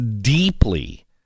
deeply